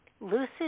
lucid